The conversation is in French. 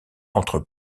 entre